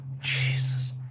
Jesus